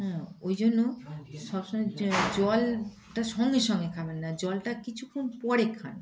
হ্যাঁ ওই জন্য সব সময় জলটা সঙ্গে সঙ্গে খাবেন না জলটা কিছুক্ষণ পরে খান